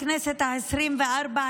בכנסת העשרים-וארבע,